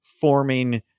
forming